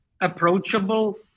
approachable